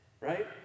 Right